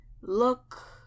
look